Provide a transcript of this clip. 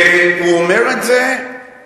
הוא אומר את זה כי